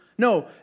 No